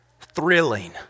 thrilling